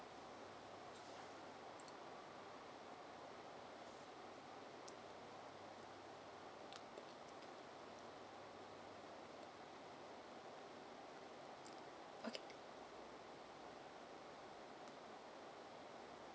okay